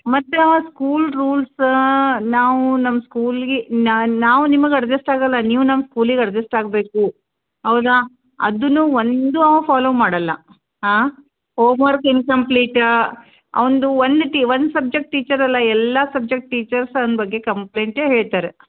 ಮತ್ತು ಅವ school rules ನಾವು ನಮ್ಮ ಸ್ಕೂಲ್ಗೆ ನಾವು ನಿಮಗೆ ಅಡ್ಜೆಸ್ಟ್ ಆಗೋಲ್ಲ ನೀವು ನಮ್ಮ ಸ್ಕೂಲಿಗೆ ಅರ್ಡ್ಜೆಸ್ಟ್ ಆಗಬೇಕು ಅವಾಗ ಅದನ್ನು ಒಂದು ಅವು ಫಾಲೋ ಮಾಡೋಲ್ಲ ಹಾಂ ಹೋಮ್ ವರ್ಕ್ ಇನ್ನು ಕಂಪ್ಲೀಟ್ ಅವ್ನದ್ದು ಒಂದು ತಿ ಒಂದು ಸಬ್ಜೆಕ್ಟ್ ಟೀಚರ್ ಅಲ್ಲ ಎಲ್ಲ ಸಬ್ಜೆಕ್ಟ್ ಟೀಚರ್ಸ್ ಅವ್ನ ಬಗ್ಗೆ ಕಂಪ್ಲೇಂಟೆ ಹೇಳ್ತಾರೆ